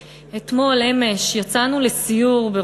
אתמול, אמש, יצאנו לסיור של